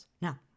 Now